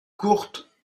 courtes